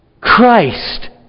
Christ